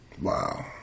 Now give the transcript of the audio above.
Wow